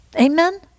Amen